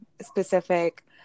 specific